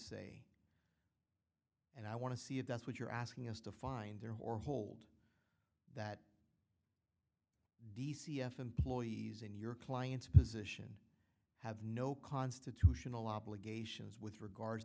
say and i want to see if that's what you're asking us to find there or hold that d c s employees in your client's position have no constitutional obligations with regards